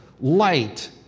light